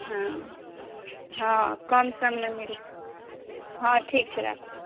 हँ हँ कम सममे मिल हँ ठीक छै राखू